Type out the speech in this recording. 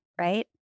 right